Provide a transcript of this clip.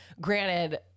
granted